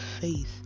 faith